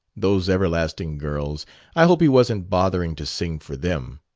those everlasting girls i hope he wasn't bothering to sing for them.